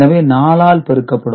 எனவே 4 ஆல் பெருக்கப்படும்